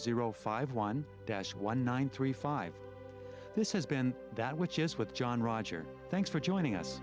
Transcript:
zero five one dash one nine three five this has been that which is with john roger thanks for joining us